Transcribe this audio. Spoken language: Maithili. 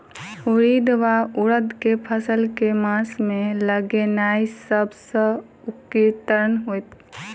उड़ीद वा उड़द केँ फसल केँ मास मे लगेनाय सब सऽ उकीतगर हेतै?